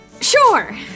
Sure